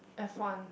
F one